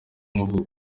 y’amavuko